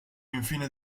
infine